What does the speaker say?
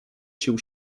się